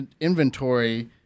inventory